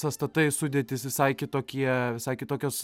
statai sudėtys visai kitokie visai kitokios